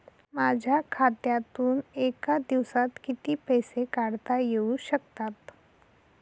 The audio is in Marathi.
माझ्या खात्यातून एका दिवसात किती पैसे काढता येऊ शकतात?